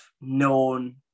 known